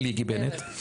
בלי גיבנת.